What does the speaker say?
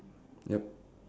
yup